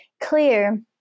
clear